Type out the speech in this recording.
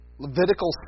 Levitical